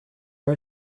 are